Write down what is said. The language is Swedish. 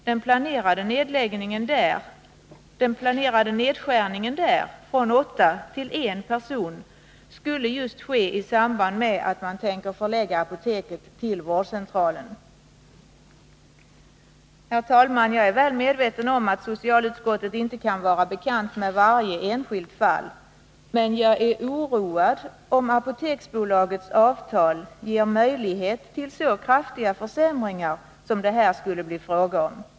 Den planerade 14 april 1982 nedskärningen där från åtta personer till en person skulle ske just i samband med att man tänker förlägga apoteket till vårdcentralen. Herr talman! Jag är väl medveten om att socialutskottet inte kan känna till varje enskilt fall. Men jag är oroad, om Apoteksbolagets avtal ger möjlighet till så kraftiga försämringar som det här skulle bli fråga om.